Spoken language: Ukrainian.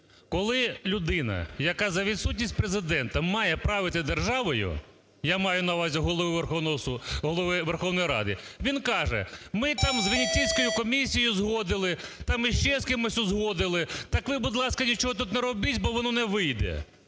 Коли людина, яка за відсутність Президента має правити державою, я маю на увазі Голову Верховної Ради, він каже, ми там з Венеційської комісію узгодили, там ще з кимось узгодили, так ви, будь ласка, нічого тут не робіть, бо воно не вийде.